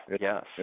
yes